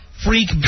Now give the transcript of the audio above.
Freak